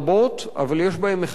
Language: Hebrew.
אבל יש להן מכנה משותף אחד: